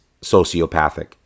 sociopathic